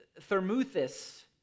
Thermuthis